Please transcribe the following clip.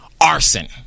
Arson